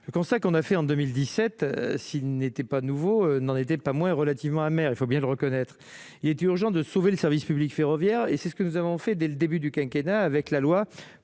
on sait qu'on a fait en 2017, s'il n'était pas nouveau n'en était pas moins relativement amer, il faut bien le reconnaître, il est urgent de sauver le service public ferroviaire et c'est ce que nous avons fait dès le début du quinquennat avec la loi